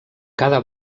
cada